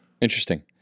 Interesting